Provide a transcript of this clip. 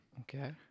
Okay